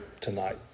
tonight